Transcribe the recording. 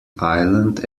island